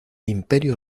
imperio